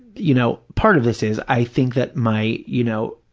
you know, part of this is, i think that my, you know,